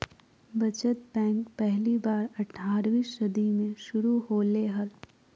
बचत बैंक पहली बार अट्ठारहवीं सदी में शुरू होले हल